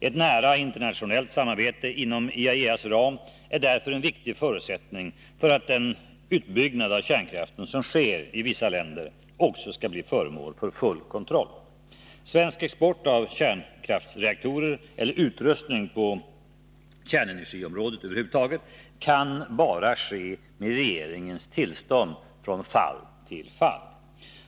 Ett nära internationellt samarbete inom IAEA:s ram är därför en viktig förutsättning för att den utbyggnad av kärnkraften som sker i vissa länder också skall bli föremål för full kontroll. Svensk export av kärnkraftsreaktorer eller utrustning på kärnenergiområdet över huvud taget kan bara ske med regeringens tillstånd från fall till fall.